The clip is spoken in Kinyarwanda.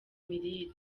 imirire